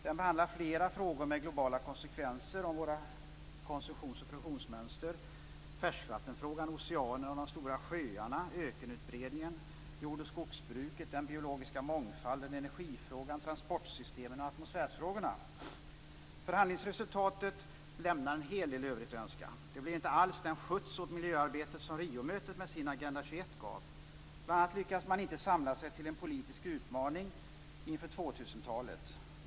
Den behandlade flera frågor med globala konsekvenser, som våra konsumtions och produktionsmönster, färskvattenfrågan, oceanerna och de stora sjöarna, ökenutbredningen, jord och skogsbruket, den biologiska mångfalden, energifrågan, transportsystemen och atmosfärfrågorna. Förhandlingsresultatet lämnade en hel del i övrigt att önska. Det blev inte alls den skjuts åt miljöarbetet som Riomötet med sin Agenda 21 gav. Bland annat lyckades man inte samla sig till en politisk utmaning inför 2000-talet.